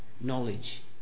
knowledge